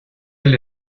del